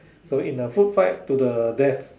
so in a food fight to the death